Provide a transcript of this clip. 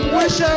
wish